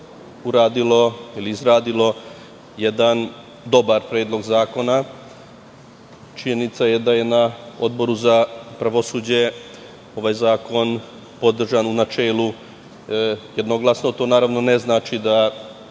Ministarstvo izradilo jedan dobar predlog zakona. Činjenica je da je na Odboru za pravosuđe ovaj zakon podržan u načelu jednoglasno, ali to naravno ne znači da